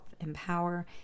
empower